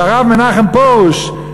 והרב מנחם פרוש,